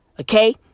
okay